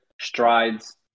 strides